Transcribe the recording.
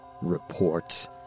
reports